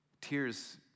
tears